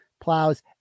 plows